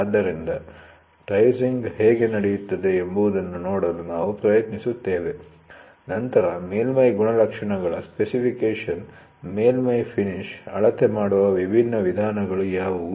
ಆದ್ದರಿಂದ ಟ್ರೈಸಿಂಗ್ ಹೇಗೆ ನಡೆಯುತ್ತಿದೆ ಎಂಬುದನ್ನು ನೋಡಲು ನಾವು ಪ್ರಯತ್ನಿಸುತ್ತೇವೆ ನಂತರ ಮೇಲ್ಮೈ ಗುಣಲಕ್ಷಣಗಳ ಸ್ಪೆಸಿಫಿಕೇಶನ್ ಮೇಲ್ಮೈ ಫಿನಿಶ್ ಅಳತೆ ಮಾಡುವ ವಿಭಿನ್ನ ವಿಧಾನಗಳು ಯಾವುವು